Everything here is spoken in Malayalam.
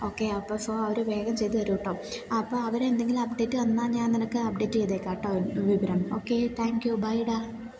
ഓക്കെ അപ്പോൾ സോ അവർ വേഗം ചെയ്ത് തരും കേട്ടോ അപ്പം അവരെ എന്തെങ്കിലും അപ്ഡേറ്റ് തന്നാൽ ഞാൻ നിനക്ക് അപ്ഡേറ്റ് ചെയ്തേക്കാം കേട്ടോ വിവരം ഓക്കെ താങ്ക് യൂ ബൈ ടാ